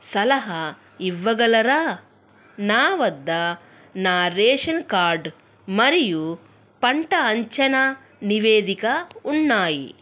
సలహా ఇవ్వగలరా నా వద్ద నా రేషన్ కార్డ్ మరియు పంట అంచనా నివేదిక ఉన్నాయి